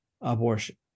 abortion